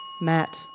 Matt